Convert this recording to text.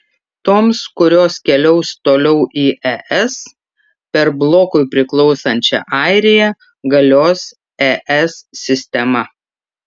toms kurios keliaus toliau į es per blokui priklausančią airiją galios es sistema